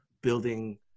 building